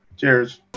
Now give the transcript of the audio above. Cheers